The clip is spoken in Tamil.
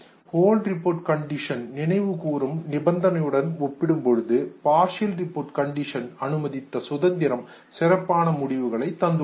ஹோல் ரிப்போர்ட் கண்டிஷன் நினைவு கூறும் நிபந்தனையுடன் ஒப்பிடும்பொழுது பார்சியல் ரிப்போர்ட் கண்டிஷன் அனுமதித்த சுதந்திரம் சிறப்பான முடிவுகளை தந்துள்ளது